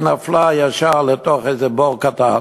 נפלה ישר לתוך איזה בור קטן